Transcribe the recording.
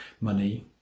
money